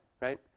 right